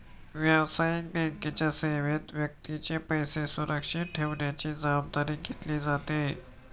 व्यावसायिक बँकेच्या सेवेत व्यक्तीचे पैसे सुरक्षित ठेवण्याची जबाबदारी घेतली जाते